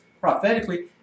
prophetically